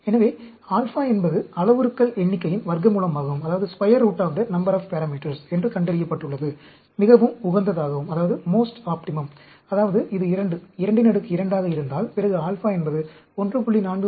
எனவே ஆல்பா என்பது அளவுருக்கள் எண்ணிக்கையின் வர்க்கமூலமாகும் என்று கண்டறியப்பட்டுள்ளது மிகவும் உகந்ததாகும் அதாவது இது 2 22 ஆக இருந்தால் பிறகு α என்பது 1